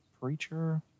preacher